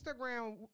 Instagram